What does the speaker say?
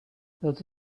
was